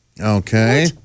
Okay